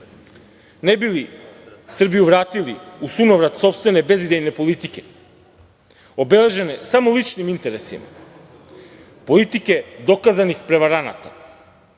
ne bi li Srbiju vratili u sunovrat sopstvene bezidejne politike, obeležene samo ličnim interesima, politike dokazanih prevaranata. Tu